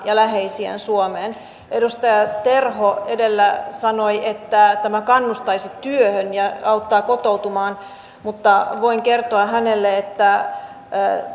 ja läheisiään suomeen edustaja terho edellä sanoi että tämä kannustaisi työhön ja auttaa kotoutumaan mutta voin kertoa hänelle että